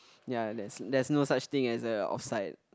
ya there's there's no such thing as a off side